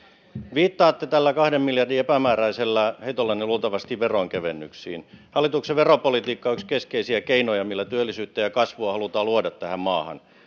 viittaatte tällä kahden miljardin epämääräisellä heitollanne luultavasti veronkevennyksiin hallituksen veropolitiikka on yksi keskeisiä keinoja millä työllisyyttä ja kasvua halutaan luoda tähän maahan